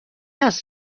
است